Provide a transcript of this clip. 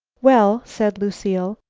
well, said lucile,